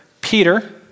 Peter